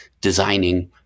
designing